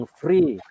free